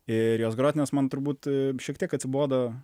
ir jos grot nes man turbūt šiek tiek atsibodo